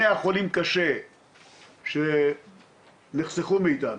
100 חולים קשה שנחסכו מאיתנו,